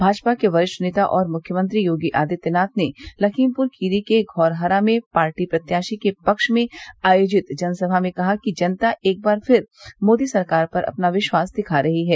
भाजपा के वरिष्ठ नेता और मुख्यमंत्री योगी आदित्यनाथ ने लखीमपुर खीरी के धौरहरा में पार्टी प्रत्याशी के पक्ष में आयोजित जनसभा में कहा कि जनता एकबार फिर मोदी सरकार पर अपना विश्वास दिखा रही है